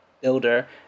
builder